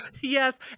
Yes